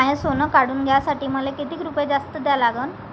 माय सोनं काढून घ्यासाठी मले कितीक रुपये जास्त द्या लागन?